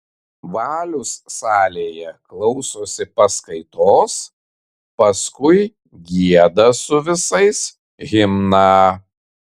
valius salėje klausosi paskaitos paskui gieda su visais himną